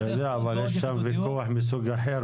עוד ועוד -- אבל בתוך העיר יש ויכוח מסוג אחר,